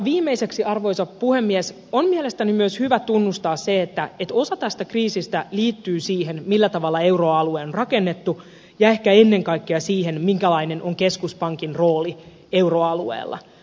viimeiseksi arvoisa puhemies on mielestäni myös hyvä tunnustaa se että osa tästä kriisistä liittyy siihen millä tavalla euroalue on rakennettu ja ehkä ennen kaikkea siihen minkälainen on keskuspankin rooli euroalueella